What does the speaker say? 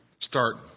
start